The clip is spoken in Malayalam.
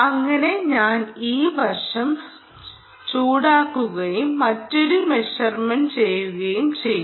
അങ്ങനെ ഞാൻ ഈ വഷം ചൂടാക്കുകയും മറ്റൊരു മെഷർമെന്റ് ചെയ്യുകയും ചെയ്യും